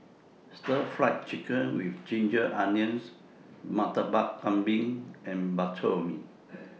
Stir Fried Chicken with Ginger Onions Murtabak Kambing and Bak Chor Mee